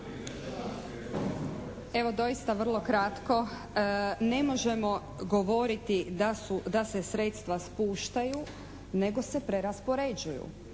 Evo doista vrlo kratko. Ne možemo govoriti da se sredstva spuštaju nego se preraspoređuju.